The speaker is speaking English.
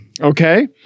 okay